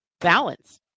balance